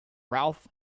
ralph